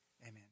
amen